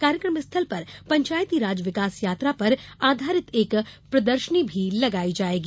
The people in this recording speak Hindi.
कार्यक्रम स्थल पर पंचायती राज विकास यात्राा पर आधारित एक प्रदर्शनी भी लगाई जायेगी